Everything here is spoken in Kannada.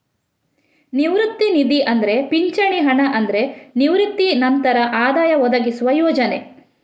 ನಿವೃತ್ತಿ ನಿಧಿ ಅಂದ್ರೆ ಪಿಂಚಣಿ ಹಣ ಅಂದ್ರೆ ನಿವೃತ್ತಿ ನಂತರ ಆದಾಯ ಒದಗಿಸುವ ಯೋಜನೆ